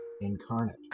incarnate